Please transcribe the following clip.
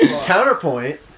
Counterpoint